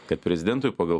kad prezidentui pagal